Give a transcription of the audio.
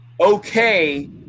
okay